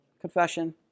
confession